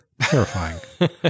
Terrifying